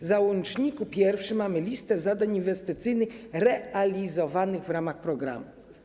W załączniku nr 1 mamy listę zadań inwestycyjnych realizowanych w ramach programu.